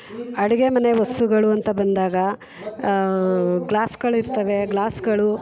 ಅಡುಗೆ ಮನೆ ವಸ್ತುಗಳು ಅಂತ ಬಂದಾಗ ಗ್ಲಾಸ್ಗಳು ಇರ್ತವೆ ಗ್ಲಾಸ್ಗಳು